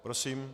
Prosím.